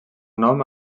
nom